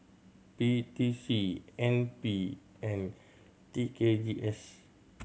P T C N P and T K G S